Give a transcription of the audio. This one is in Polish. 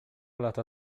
lata